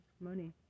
money